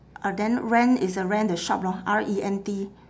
ah then rent is uh rent the shop lor R E N T